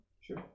Sure